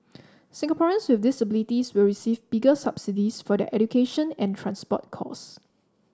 Singaporeans with disabilities will receive bigger subsidies for their education and transport costs